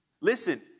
Listen